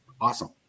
awesome